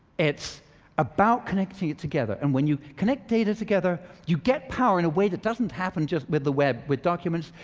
it's about connecting it together. and when you connect data together, you get power in a way that doesn't happen just with the web, with documents.